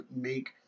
make